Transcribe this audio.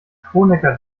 kronecker